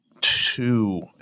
two